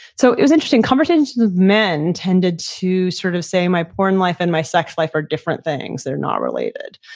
so it was interesting, conversations with men tended to sort of say my porn life and my sex life are different things, they're not related,